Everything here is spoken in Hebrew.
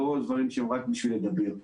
לא דברים שהם רק בשביל לדבר.